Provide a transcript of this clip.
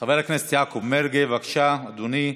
חבר הכנסת יעקב מרגי, בבקשה, אדוני.